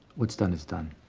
what's done is done.